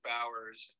Bowers